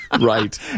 Right